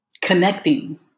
connecting